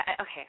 okay